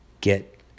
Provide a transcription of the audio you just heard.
get